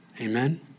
Amen